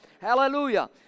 Hallelujah